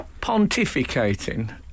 pontificating